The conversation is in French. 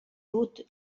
hautes